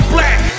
Black